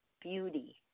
beauty